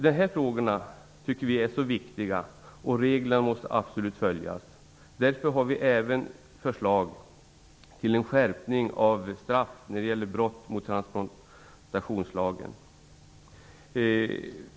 De här frågorna tycker vi är så viktiga, och reglerna måste absolut följas. Därför har vi även förslag till en skärpning av straff för brott mot transplantationslagen.